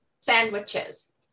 sandwiches